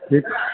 ठीकु